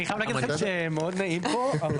אני חייב להגיד לך שמאוד נעים פה.